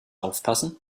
aufpassen